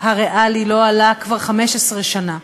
הריאלי לא עלה כבר 15 שנה.